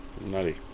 Nutty